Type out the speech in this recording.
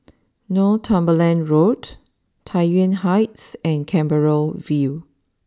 Northumberland Road Tai Yuan Heights and Canberra view